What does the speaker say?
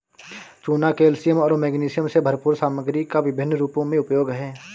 चूना कैल्शियम और मैग्नीशियम से भरपूर सामग्री का विभिन्न रूपों में उपयोग है